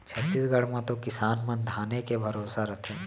छत्तीसगढ़ म तो किसान मन धाने के भरोसा रथें